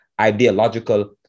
ideological